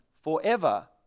forever